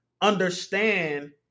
understand